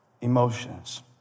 emotions